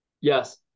Yes